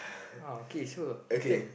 oh okay so Clayton